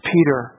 Peter